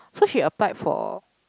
so she applied for